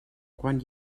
quan